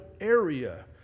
area